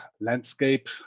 landscape